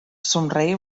somreia